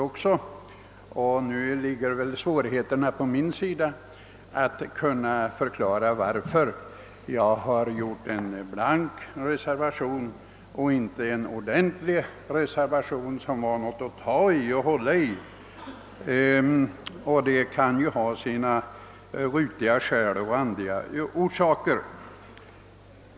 Det kan därför föreligga vissa svårigheter för mig att förklara, varför jag har avgivit en blank reservation och inte en reservation som är någonting att hålla i och som upptar ett yrkande. Men det har sina randiga skäl.